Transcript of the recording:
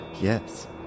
Yes